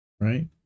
Right